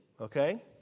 Okay